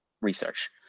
research